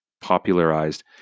popularized